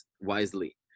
wisely